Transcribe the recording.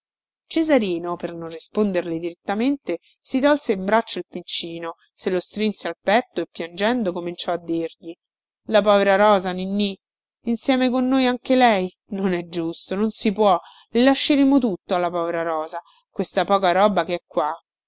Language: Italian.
cesarino per non risponderle direttamente si tolse in braccio il piccino se lo strinse al petto e piangendo cominciò a dirgli la povera rosa ninnì insieme con noi anche lei non è giusto non si può le lasceremo tutto alla povera rosa questa poca roba che è qua